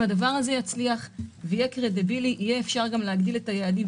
אם הדבר הזה יצליח ויהיה קרדיבילי יהיה אפשר להגדיל את היעדים.